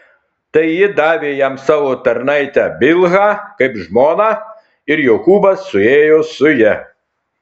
taigi ji davė jam savo tarnaitę bilhą kaip žmoną ir jokūbas suėjo su ja